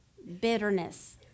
bitterness